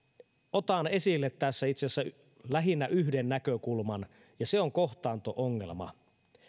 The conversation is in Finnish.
otan esille tässä itse asiassa lähinnä yhden näkökulman ja se on kohtaanto ongelma